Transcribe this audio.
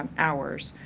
um hours.